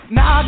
Now